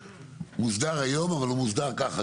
שמוסדר היום אבל הוא מוסדר ככה,